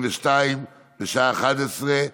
ועדת הכספים.